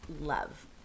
love